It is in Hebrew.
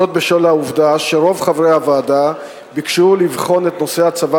בשל העובדה שרוב חברי הוועדה ביקשו לבחון את נושא הצבת